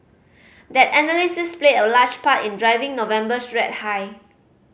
that analysis played a large part in driving November's rate hike